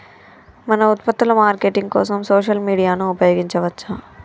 మన ఉత్పత్తుల మార్కెటింగ్ కోసం సోషల్ మీడియాను ఉపయోగించవచ్చా?